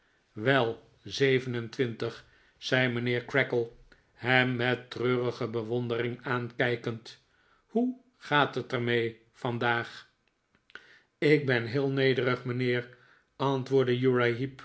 wel zeven en twintig zei mijnheer creakle hem met treurige bewondering aankijkend hoe gaat het er mee vandaag ik ben heel nederig mijnheer antwoordde